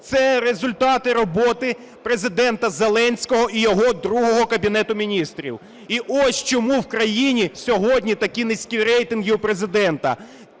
Це результати роботи Президента Зеленського і його другого Кабінету Міністрів. І ось чому в країні сьогодні такі низькі рейтинги у Президента.